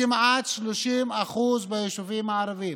היא כמעט 30% ביישובים הערביים.